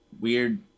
weird